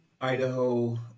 Idaho